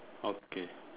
okay